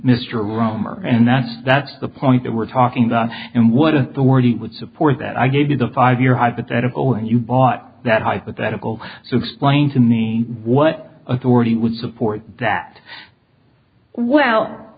mr roemer and that's that's the point that we're talking about and what authority would support that i gave you the five year hypothetical and you bought that hypothetical so explain to me what authority would support that well